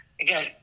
Again